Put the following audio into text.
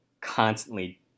constantly